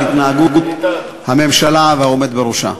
בהתנהגות הממשלה והעומד בראשה.